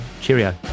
Cheerio